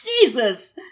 Jesus